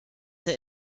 der